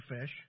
fish